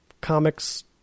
comics